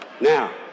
Now